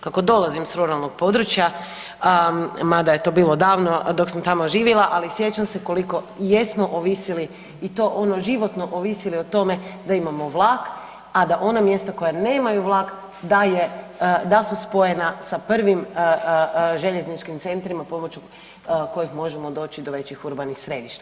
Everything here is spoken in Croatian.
Kako dolazim s ruralnog područja mada je to bilo davno dok sam tamo živila, ali sjećam se koliko jesmo ovisili i to ono životno ovisili o tome da imamo vlak, a da ona mjesta koja nemaju vlak da su spojena sa prvim željezničkim centrima pomoću kojeg možemo doći do većih urbanih središta.